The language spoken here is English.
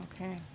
Okay